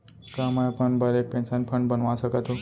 का मैं अपन बर एक पेंशन फण्ड बनवा सकत हो?